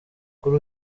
kuri